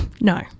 No